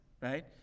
right